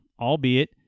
albeit